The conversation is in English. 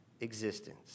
existence